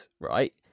right